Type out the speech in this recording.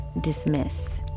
dismiss